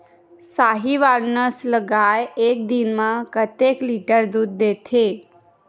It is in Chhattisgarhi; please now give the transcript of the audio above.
साहीवल नस्ल गाय एक दिन म कतेक लीटर दूध देथे?